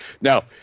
Now